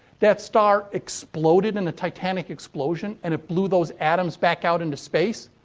that star exploded in a titanic explosion and it blew those atoms back out into space,